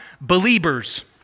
believers